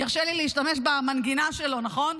ירשה לי להשתמש במנגינה שלו, נכון?